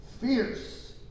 Fierce